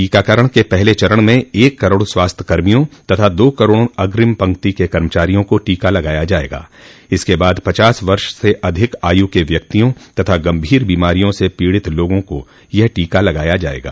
टीकाकरण के पहले चरण में एक करोड़ स्वास्थ्य कर्मियों तथा दो करोड़ अग्रिम पंक्ति के कमचारियों को टीका लगाया जायेगा इसके बाद पचास वर्ष से अधिक आयु के व्यक्तियों तथा गंभीर बीमारियों से पीड़ित लोगों को यह टीका लगाया जायेगा